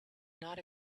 not